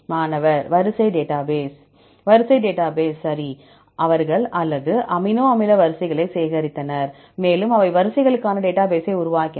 மாணவர் வரிசை டேட்டாபேஸ் வரிசை டேட்டா பேஸ் சரி அவர்கள் அல்லது அமினோ அமில வரிசைகளை சேகரித்தனர் மேலும் அவை வரிசைகளுக்கான டேட்டாபேசை உருவாக்கின